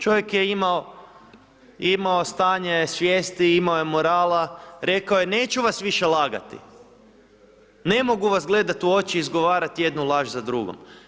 Čovjek je imao stanje svijesti, imao je morala, rekao je neću vas više lagati, ne mogu vas gledati u oči i izgovarati jednu laž za drugom.